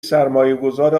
سرمایهگذار